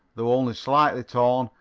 though only slightly torn,